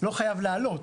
לא חייב לעלות,